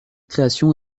création